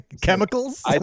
Chemicals